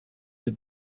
have